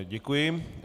Děkuji.